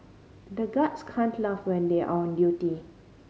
the guards can't laugh when they are on duty